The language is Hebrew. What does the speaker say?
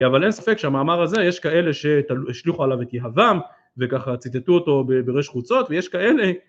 אבל אין ספק שהמאמר הזה יש כאלה שהשליכו עליו את יהבם וככה ציטטו אותו בראש חוצות ויש כאלה